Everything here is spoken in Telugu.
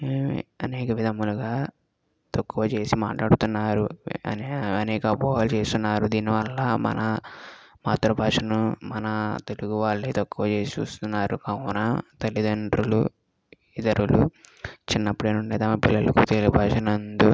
ఏమి అనేక విధములుగా తక్కువ చేసి మాట్లాడుతున్నారు అనేక అపోహలు చేస్తున్నారు దీని వల్ల మన మాతృభాషను మన తెలుగు వాళ్ళే తక్కువ చేసి చూస్తున్నారు కావున మన తల్లితండ్రులు ఇతరులు చిన్నప్పటి నుండే తమ పిల్లలకి తెలుగు భాష నందు